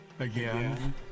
Again